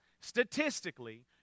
statistically